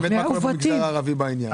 באמת מה קורה במגזר הערבי בעניין?